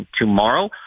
tomorrow